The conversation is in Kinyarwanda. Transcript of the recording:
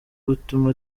gutuma